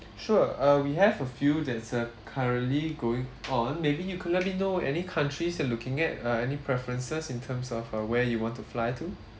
sure err we have a few that's err currently going on maybe you could let me know any countries you are looking at uh any preferences in terms of uh where you want to fly to